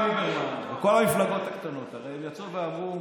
גם היועמ"ש צריך להיחקר?